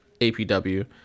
APW